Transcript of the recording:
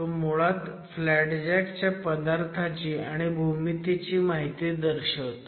तो मुळात flat jack च्या पदार्थाची आणि भूमितीची माहिती दर्शवतो